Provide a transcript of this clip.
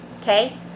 okay